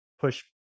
push